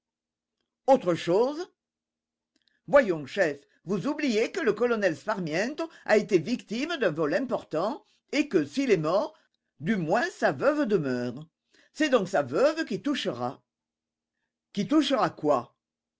autre chose voyons chef vous oubliez que le colonel sparmiento a été victime d'un vol important et que s'il est mort du moins sa veuve demeure c'est donc sa veuve qui touchera qui touchera quoi